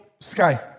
sky